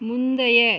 முந்தைய